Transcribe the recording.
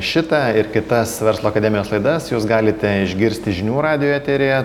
šitą ir kitas verslo akademijos laidas jūs galite išgirsti žinių radijo eteryje